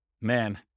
man